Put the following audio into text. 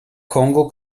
kongo